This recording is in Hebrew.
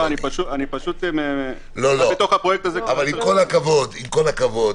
עם כל הכבוד,